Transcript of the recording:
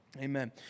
Amen